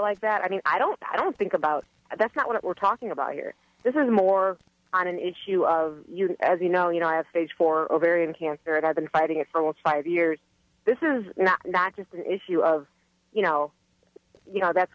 like that i mean i don't i don't think about that that's not what we're talking about here this is more on an issue of as you know you know i have stage four ovarian cancer and i've been fighting it for what five years this is not just an issue of you know you know that's